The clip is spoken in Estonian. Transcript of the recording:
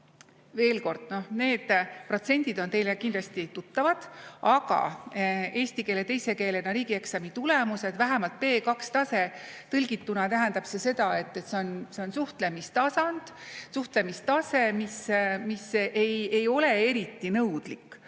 Veel kord, need protsendid on teile kindlasti tuttavad, aga eesti keele teise keelena riigieksami tulemused, vähemalt B2-tase – tõlgituna tähendab see seda, et see on suhtlemistasand, suhtlemistase, mis ei ole eriti nõudlik